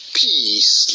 peace